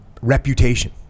reputation